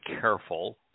careful